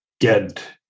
get